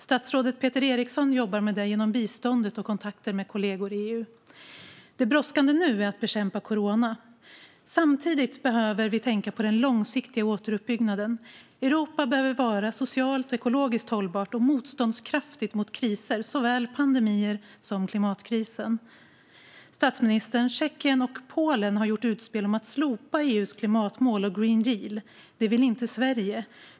Statsrådet Peter Eriksson jobbar med det inom biståndet och med kontakter med kollegor i EU. Det brådskande nu är att bekämpa corona. Samtidigt behöver vi tänka på den långsiktiga återuppbyggnaden. Europa behöver vara socialt och ekologiskt hållbart och motståndskraftigt mot kriser. Det gäller såväl pandemier som klimatkrisen. Statsministern: Tjeckien och Polen har gjort utspel om att slopa EU:s klimatmål och Green Deal. Det vill inte Sverige.